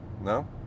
No